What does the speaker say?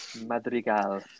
Madrigal